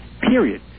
Period